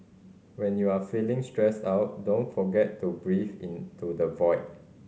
when you are feeling stressed out don't forget to breathe into the void